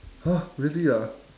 !huh! really ah